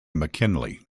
mckinley